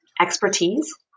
expertise